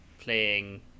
playing